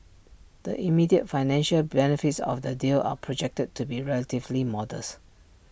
the immediate financial benefits of the deal are projected to be relatively modest